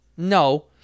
No